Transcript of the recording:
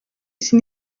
isi